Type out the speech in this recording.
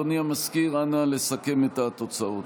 אדוני המזכיר, אנא לסכם את התוצאות.